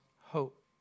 hope